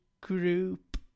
group